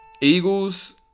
Eagles